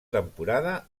temporada